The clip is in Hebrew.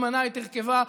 ממנה את הרכבה,